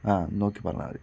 ആ നോക്കി പറഞ്ഞാൽ മതി